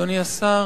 אדוני השר,